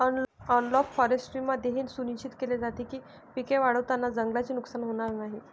analogue फॉरेस्ट्रीमध्ये हे सुनिश्चित केले जाते की पिके वाढवताना जंगलाचे नुकसान होणार नाही